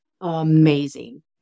amazing